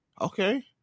Okay